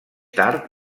tard